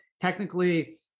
technically